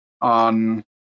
on